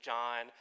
John